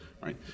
Right